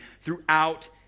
throughout